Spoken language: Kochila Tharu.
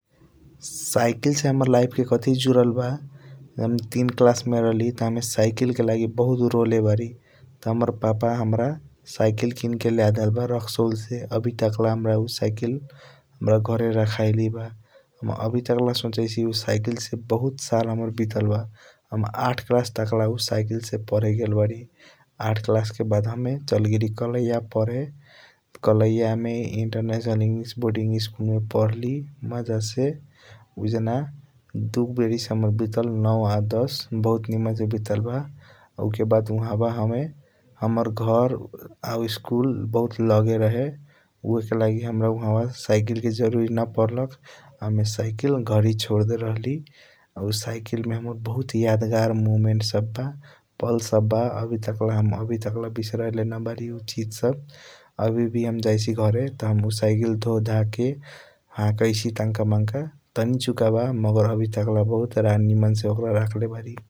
साइकिल से हाम्रा लाइफ के कथी जूदल बा हम थीन क्लास मे रहली त हम साइकिल के लागि बहुत रोल बारी त हाम्रा पापा हाम्रा साइकिल किन के लेआड़ेल रसकउल से । आवी टाकला उ साइकिल हाम्रा घरे रखायले बा हम आवी टाकला सोचैसि उ साइकिल से बहुत साल बीटल बा हम आठ क्लास टाकला उ साइकिल से पढे गेल बारी । आठ क्लास के बाद हम चलगेली कलैया पढे कलैया मे इंटरनेशनल इंग्लिश बोर्डिंग स्कूल मे पढली मज से उजान दु बारिश वितल्ख नउ आ दस बहुत निमन से वितल बा । उके बाद उहाबा हमे हाम्रा घर आ स्कूल बहुत लगे रहे उहएके लागि हाम्रा साइकिल जरूरी न परलख आ हमे साइकिल घरे सोरदेले रहली । उ साइकिल मे हाम्रा बहुत याद गर मोमेंट सब बा पल सब बा अवि टाकला बिसरायले न बारी उ चीज सब आवी वी हम जैसी घरे उ साइकिल धोंधा के हकाईसी । टंक मनका तनिचुका ब मगर आवी टाकला ओकर बहुत निमन से रखले बारी ।